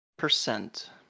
percent